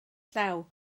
llaw